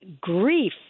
grief